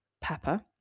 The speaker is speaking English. pepper